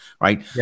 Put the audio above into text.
right